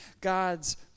god's